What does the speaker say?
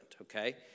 okay